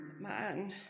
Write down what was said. Man